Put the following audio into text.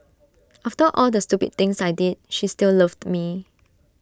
after all the stupid things I did she still loved me